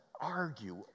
argue